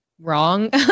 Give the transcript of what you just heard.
wrong